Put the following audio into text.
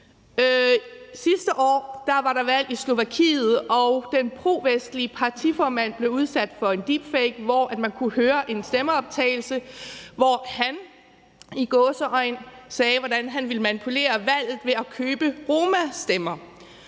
Sidste år var der valg i Slovakiet, og den provestlige partiformand blev udsat for en deepfake, hvor man kunne høre en stemmeoptagelse, hvor han – i gåseøjne – sagde, hvordan han ville manipulere valget ved at købe romastemmer,